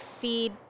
feed